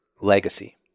legacy